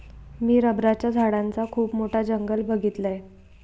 मी रबराच्या झाडांचा खुप मोठा जंगल बघीतलय